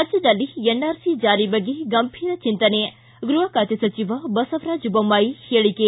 ರಾಜ್ಯದಲ್ಲಿ ಎನ್ಆರ್ಸಿ ಜಾರಿ ಬಗ್ಗೆ ಗಂಭೀರ ಚಿಂತನೆ ಗೃಹ ಖಾತೆ ಸಚಿವ ಬಸವರಾಜ್ ಬೊಮ್ನಾಯಿ ಹೇಳಿಕೆ